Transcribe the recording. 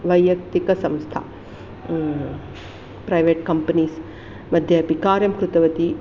वैयक्तिकसंस्था private कम्पेनीस्मध्ये अपि कार्यं कृतवती